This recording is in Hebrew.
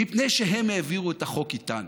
מפני שהם העבירו את החוק איתנו.